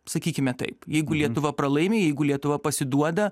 sakykime taip jeigu lietuva pralaimi jeigu lietuva pasiduoda